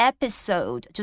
Episode